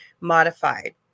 modified